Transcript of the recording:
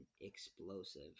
explosive